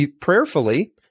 prayerfully